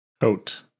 Coat